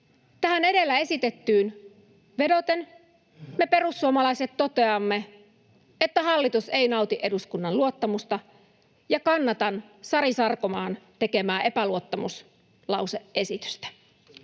Tähän edellä esitettyyn vedoten me perussuomalaiset toteamme, että hallitus ei nauti eduskunnan luottamusta, ja kannatan Sari Sarkomaan tekemää epäluottamuslause-esitystä.